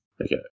Okay